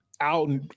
out